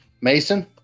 Mason